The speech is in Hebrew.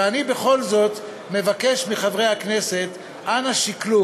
ואני בכל זאת מבקש מחברי הכנסת: אנא שקלו